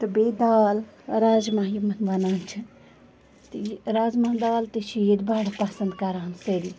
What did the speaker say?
تہٕ بیٚیہِ دال راجما یِم اَتھ وَنان چھِ تہِ یہِ رازما دال تہِ چھِ ییٚتہِ بَڑٕ پَسَنٛد کَران سٲری